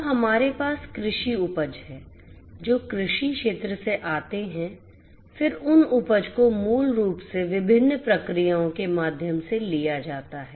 तो हमारे पास कृषि उपज है जो कृषि क्षेत्र से आते हैं फिर उन उपज को मूल रूप से विभिन्न प्रक्रियाओं के माध्यम से लिया जाता है